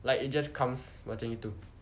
like it just comes macam gitu